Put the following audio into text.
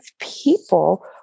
people